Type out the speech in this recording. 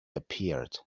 appeared